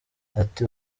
ati